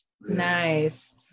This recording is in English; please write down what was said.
Nice